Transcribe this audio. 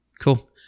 Cool